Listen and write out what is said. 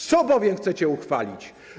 Co bowiem chcecie uchwalić?